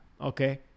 Okay